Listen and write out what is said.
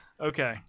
Okay